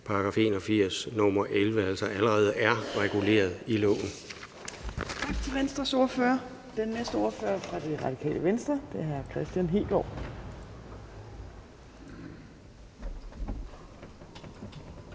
af § 81, nr. 11 – altså allerede er reguleret i loven.